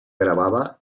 gravava